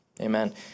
Amen